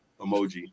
emoji